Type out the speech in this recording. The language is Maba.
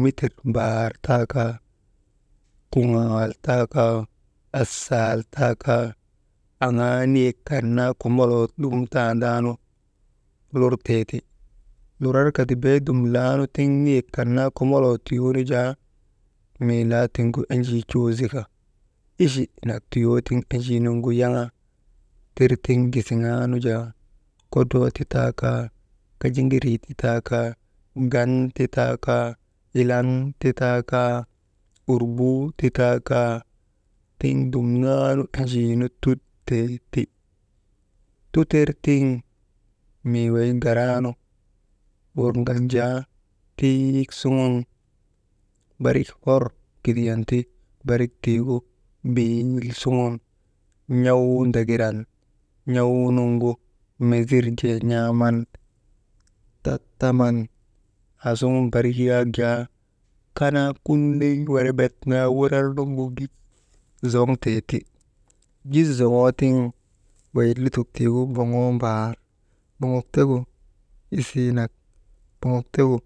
Mitir mbaar taa kaa, kuŋaal taa kaa, asaal taa kaa, aŋaa niyek kan naa komoloo dum tandaanu, lurtee ti lurar ka ti beedum laa nu niyek kan naa komoloo tiyoo nu jaa mii laa tiŋgu enjii cow zika, ichi nak tiyoo tiŋgu yaŋa tirka gisiŋaa nu jaa kodroo ti taa kaa, kajiŋirii ti taa kaa gan ti taa kaa ilan ti taa kaa urbuu ti taa kaa, tiŋ dumnaanu enjii nu tuttee ti. Tuter tiŋ mii wey garaanu, wurŋan jaa tiik suŋun barik hor kidiyan ti, barik tii gu biil suŋun n̰awuu ndaŋiran, n̰awuunuŋgu meezir jee n̰aaman tattaman aasuŋun kanaa kuley werebet naa wurar nuŋgu gis zoŋtee ti, giszoŋoo tiŋ wey lutok tiigu boŋoo mbaar boŋok tegu isii nak, boŋok tegu